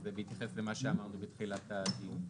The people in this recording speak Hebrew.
זה בהתייחס למה שאמרנו בתחילת הדיון.